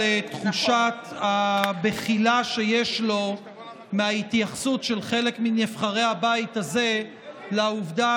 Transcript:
תחושת הבחילה שיש לו מההתייחסות של חלק מנבחרי הבית הזה לעובדה